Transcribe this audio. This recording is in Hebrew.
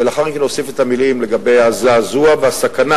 ולאחר מכן אוסיף את המלים לגבי הזעזוע והסכנה